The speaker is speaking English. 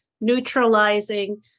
neutralizing